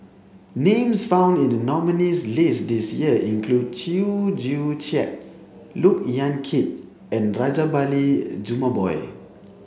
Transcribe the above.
names found in the nominees' list this year include Chew Joo Chiat Look Yan Kit and Rajabali Jumabhoy